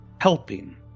helping